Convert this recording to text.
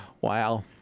Wow